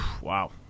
Wow